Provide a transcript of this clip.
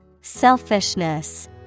Selfishness